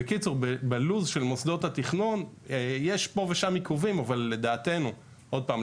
בלו"ז של מוסדות התכנון יש פה ושם עיכובים אבל לדעתנו עוד פעם,